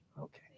Okay